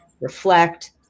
reflect